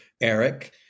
Eric